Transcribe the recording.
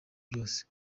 byose